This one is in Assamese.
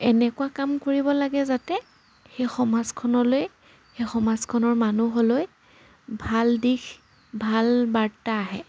এনেকুৱা কাম কৰিব লাগে যাতে সেই সমাজখনলৈ সেই সমাজখনৰ মানুহলৈ ভাল দিশ ভাল বাৰ্তা আহে